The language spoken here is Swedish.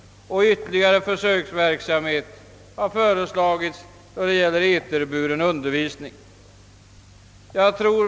Ytterligare försöksverksamhet har föreslagits beträffande eterburen undervisning.